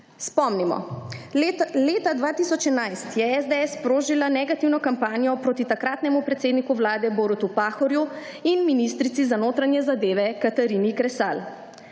Spomnimo, leta 2011 je SDS sprožila negativno kampanjo proti takratnemu predsedniku vlade Borutu Pahorju in ministrici za notranje zadeve Katarini Kresal.